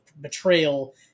betrayal